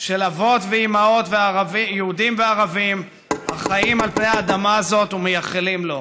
של אבות ואימהות יהודים וערבים החיים על פני האדמה הזאת ומייחלים לו.